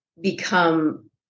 become